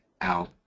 out